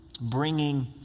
bringing